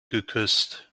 geküsst